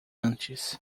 antes